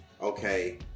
okay